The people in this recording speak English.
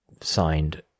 signed